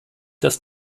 das